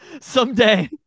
someday